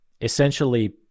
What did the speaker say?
essentially